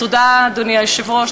תודה, אדוני היושב-ראש.